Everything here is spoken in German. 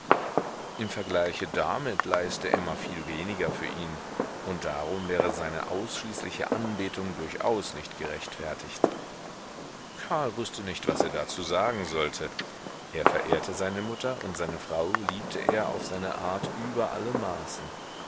im vergleiche damit leiste emma viel weniger für ihn und darum wäre seine ausschließliche anbetung durchaus nicht gerechtfertigt karl wußte nicht was er dazu sagen sollte er verehrte seine mutter und seine frau liebte er auf seine art über alle maßen